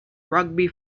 rugby